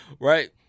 right